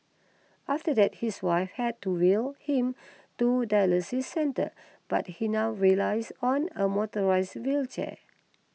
after that his wife had to wheel him to dialysis centre but he now relies on a motorised wheelchair